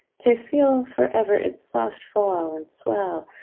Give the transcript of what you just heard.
to feel for ever its soft fall and swell,